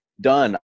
done